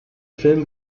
film